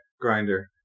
Grinder